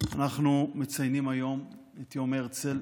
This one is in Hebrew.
אנחנו מציינים היום את יום הרצל